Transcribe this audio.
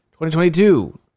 2022